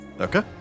Okay